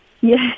Yes